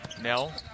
Nell